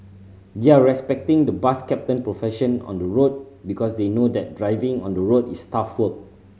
they're respecting the bus captain profession on the road because they know that driving on the road is tough work